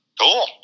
cool